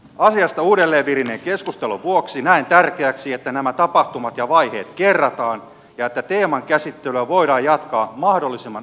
asiasta uudelleen virinneen keskustelun vuoksi näen tärkeäksi että nämä tapahtumat ja vaiheet kerrataan ja että teeman käsittelyä voidaan jatkaa mahdollisimman avoimena